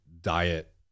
diet